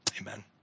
Amen